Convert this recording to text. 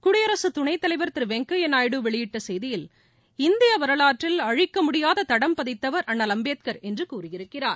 குடியரசுத் துணைத் தலைவர் திருவெங்கையாநாயுடு வெளியிட்டசெய்தியில் இந்தியவரலாற்றில் அழிக்கமுடியாததடம் பதித்தவர் அண்ணல் அம்பேத்கர் என்றுகூறியிருக்கிறார்